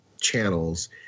channels